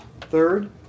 Third